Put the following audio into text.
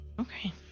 Okay